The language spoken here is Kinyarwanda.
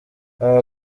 aba